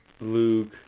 Luke